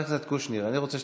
מס' 421, 432 ו-453.